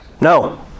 No